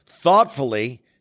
thoughtfully